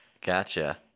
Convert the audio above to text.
Gotcha